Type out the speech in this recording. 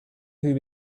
who